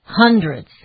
Hundreds